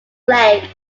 lake